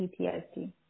PTSD